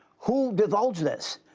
who divulged this?